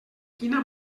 quina